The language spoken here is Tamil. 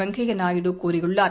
வெங்கைய நாயுடு கூறியுள்ளார்